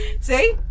See